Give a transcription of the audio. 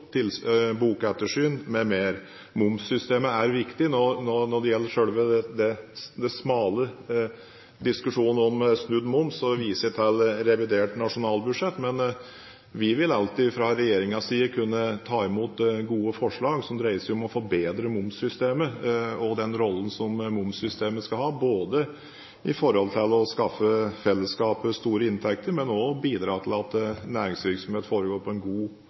kontroll, bokettersyn m.m. Momssystemet er viktig. Når det gjelder den smale diskusjonen om snudd moms, viser jeg til revidert nasjonalbudsjett. Men vi vil alltid fra regjeringens side kunne ta imot gode forslag som dreier seg om å forbedre momssystemet og den rollen som momssystemet skal ha, både når det gjelder å skaffe fellesskapet store inntekter, men også når det gjelder å bidra til at næringsvirksomhet foregår på en god og